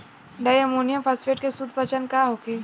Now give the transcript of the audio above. Di ammonium phosphate के शुद्ध पहचान का होखे?